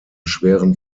schweren